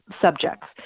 subjects